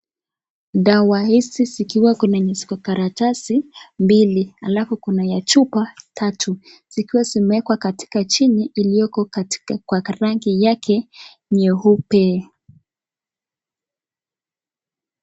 Dawa hizi zikiwa kuna yenye ziko karatasi mbili alafu kuna ya chupa tatu, zikiwa zimeekwa katika chini ilioko kwa rangi yake nyeupe.